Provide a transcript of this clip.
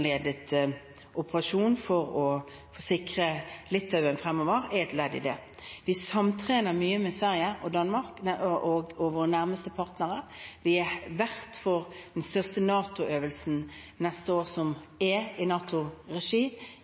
operasjon for å sikre Litauen fremover er et ledd i det. Vi samtrener mye med Sverige og Danmark og våre nærmeste partnere. Vi er vert for den største øvelsen i NATO-regi neste år